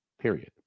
period